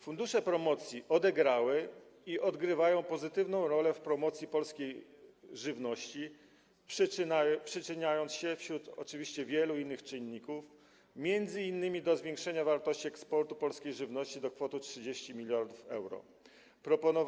Fundusze promocji odegrały i odgrywają pozytywną rolę w promocji polskiej żywności, przyczyniając się oczywiście razem z wieloma innymi czynnikami m.in. do zwiększenia wartości eksportu polskiej żywności do kwoty 30 mld euro.